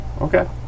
Okay